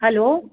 hello